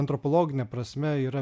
antropologine prasme yra